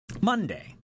Monday